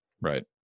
right